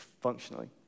functionally